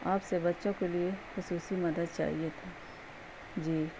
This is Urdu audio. آپ سے بچوں کے لیے خصوصی مدد چاہیے تھاھی جی